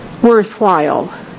worthwhile